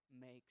makes